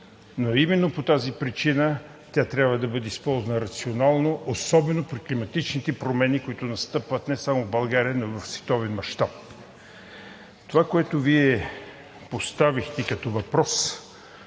и именно по тази причина тя трябва да бъде използвана рационално, особено при климатичните промени, които настъпват не само в България, но и в световен мащаб. Това, което Вие поставихте като въпрос,